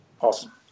Awesome